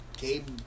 Gabe